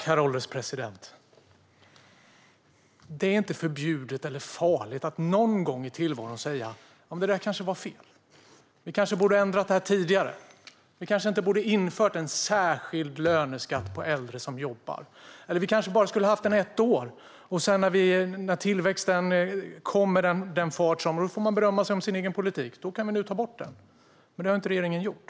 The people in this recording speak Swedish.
Herr ålderspresident! Det är inte förbjudet eller farligt att någon gång i tillvaron säga: "Det där kanske var fel. Vi kanske borde ha ändrat det tidigare. Vi kanske inte borde ha infört en särskild löneskatt på äldre som jobbar. Eller vi kanske bara skulle ha haft den i ett år." När tillväxten sedan kommer kan man berömma sin egen politik och ta bort skatten. Men det har regeringen inte gjort.